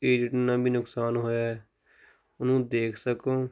ਇਹ ਜਿੰਨਾ ਵੀ ਨੁਕਸਾਨ ਹੋਇਆ ਉਹਨੂੰ ਦੇਖ ਸਕੋ